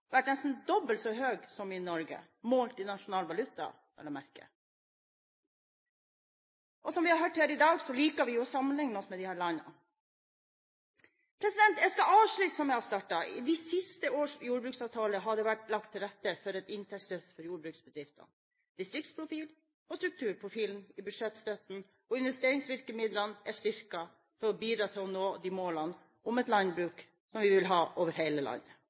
vært nesten dobbelt så høy som i Norge, målt i nasjonal valuta, vel å merke. Og som vi har hørt her i dag, liker vi å sammenlikne oss med disse landene. Jeg skal avslutte som jeg startet. I de siste års jordbruksavtaler har det vært lagt til rette for et inntektsløft for jordbruksbedriftene. Distriktsprofil og strukturprofilen i budsjettstøtten og investeringsvirkemidlene er styrket for å bidra til å nå de målene om et landbruk som vi vil ha over hele landet.